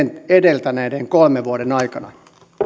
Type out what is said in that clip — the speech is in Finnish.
edeltäneiden kolmen vuoden aikana